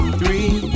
three